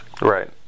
Right